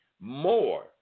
more